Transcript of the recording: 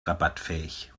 rabattfähig